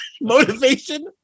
Motivation